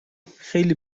خیلی